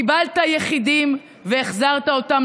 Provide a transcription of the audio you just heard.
קיבלת יחידים והחזרת אותם,